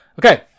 Okay